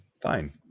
Fine